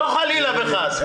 לא חלילה וחס.